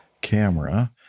camera